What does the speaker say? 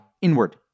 inward